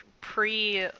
pre-